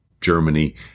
Germany